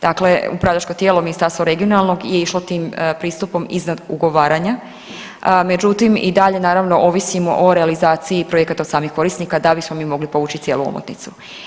Dakle, upravljačko tijelo Ministarstvo regionalnog je išlo tim pristupom iznad ugovaranja, međutim i dalje naravno ovisimo o realizaciji projekata samih korisnika da bismo mi mogli povući cijelu omotnicu.